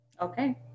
Okay